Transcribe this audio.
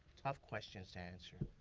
tough questions to answer.